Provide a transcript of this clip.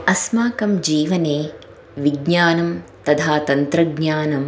अस्माकं जीवने विज्ञानं तदा तन्त्रज्ञानं